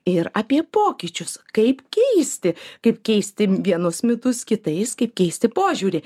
ir apie pokyčius kaip keisti kaip keisti vienus mitus kitais kaip keisti požiūrį